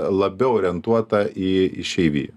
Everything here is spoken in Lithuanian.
labiau orientuota į išeiviją